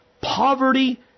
Poverty